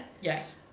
yes